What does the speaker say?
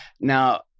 Now